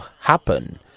happen